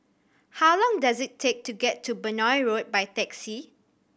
how long does it take to get to Benoi Road by taxi